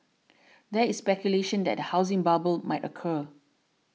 there is speculation that a housing bubble might occur